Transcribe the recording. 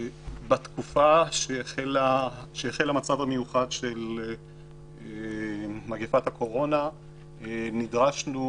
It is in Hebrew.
כשהחל המצב המיוחד של מגפת הקורונה נדרשנו